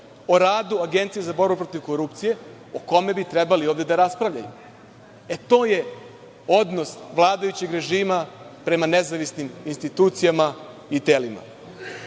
o radu Agencije za borbu protiv korupcije o kome bi trebali ovde da raspravljaju. To je odnos vladajućeg režima prema nezavisnim institucijama i telima. Ovi